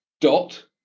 dot